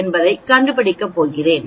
என்பதைக் கண்டுபிடிக்கப் போகிறேன்